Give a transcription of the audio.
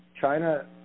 China